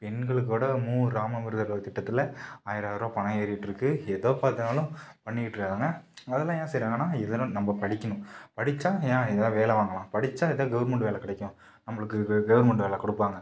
பெண்களுக்கு கூட மூ இராமாமிர்தமாள் திட்டத்தில் ஆயிர ஆயிரரூபா பணம் ஏறிக்கிட்டு இருக்குது எதை பார்த்தனாலும் பண்ணிக்கிட்டு இருக்காங்க அதெல்லாம் ஏன் செய்கிறாங்கன்னா இதெல்லாம் நம்ம படிக்கணும் படிச்சால் ஏன் எங்ககேயா வேல வாங்கலாம் படிச்சால் ஏதாவது கவர்மெண்ட் வேலை கிடைக்கும் நம்மளுக்கு கவர்மெண்ட் வேலை கொடுப்பாங்க